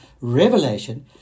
revelation